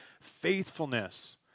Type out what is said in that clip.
faithfulness